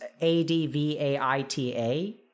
A-D-V-A-I-T-A